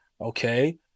okay